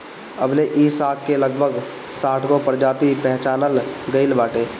अबले इ साग के लगभग साठगो प्रजाति पहचानल गइल बाटे